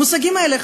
המושגים האלה,